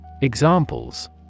Examples